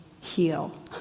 Heal